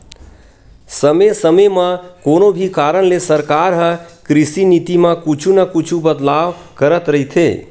समे समे म कोनो भी कारन ले सरकार ह कृषि नीति म कुछु न कुछु बदलाव करत रहिथे